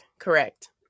correct